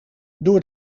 door